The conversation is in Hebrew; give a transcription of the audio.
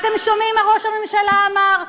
אתם שומעים מה ראש הממשלה אמר?